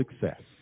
success